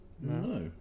No